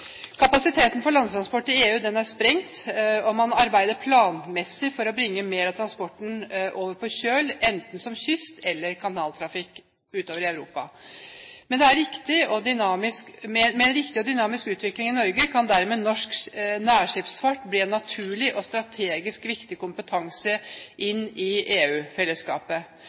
Kapasiteten for landtransport i EU er sprengt, og man arbeider planmessig for å bringe mer av transporten over på kjøl, enten som kyst- eller kanaltrafikk utover i Europa. Med en riktig og dynamisk utvikling i Norge kan dermed norsk nærskipsfart bli en naturlig og strategisk viktig kompetanse inn i